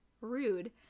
Rude